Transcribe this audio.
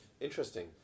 Interesting